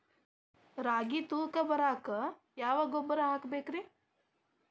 ರಾಗಿ ತೂಕ ಬರಕ್ಕ ಯಾವ ಗೊಬ್ಬರ ಹಾಕಬೇಕ್ರಿ?